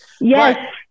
Yes